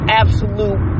absolute